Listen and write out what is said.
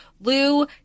Lou